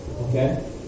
Okay